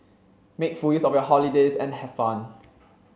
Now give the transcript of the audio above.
make full use of your holidays and have fun